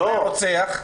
הורה רוצח,